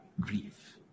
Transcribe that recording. grief